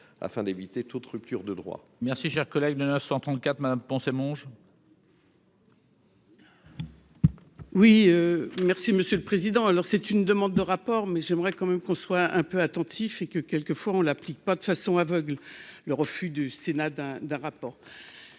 afin d'éviter toute rupture de droits. Merci, cher collègue de 934 Me Poncet Monge. Oui, merci Monsieur le Président, alors c'est une demande de rapport, mais j'aimerais quand même qu'on soit un peu attentif et que quelques fois on l'applique pas de façon aveugle, le refus du Sénat d'un d'un rapport